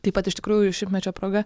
taip pat iš tikrųjų šimtmečio proga